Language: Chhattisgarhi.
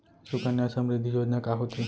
सुकन्या समृद्धि योजना का होथे